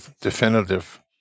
definitive